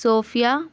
صوفیہ